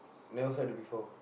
never heard it before